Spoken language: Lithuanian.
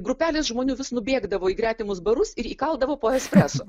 grupelės žmonių vis nubėgdavo į gretimus barus ir įkaldavo po espreso